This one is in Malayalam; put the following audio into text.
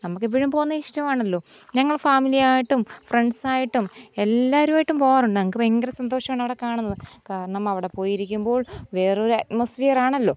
നമുക്കെപ്പോഴും പോകുന്നത് ഇഷ്ടമാണല്ലോ ഞങ്ങൾ ഫാമിലിയായിട്ടും ഫ്രണ്ട്സായിട്ടും എല്ലാവരുമായിട്ടും പോകാറുണ്ട് ഞങ്ങൾക്ക് ഭയങ്കര സന്തോഷമാണവിടെ കാണുന്നത് കാരണം അവിടെപ്പോയിരിക്കുമ്പോൾ വേറൊരറ്റ്മോസ്ഫിയറാണല്ലോ